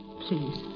Please